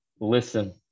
listen